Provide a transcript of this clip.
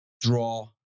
draw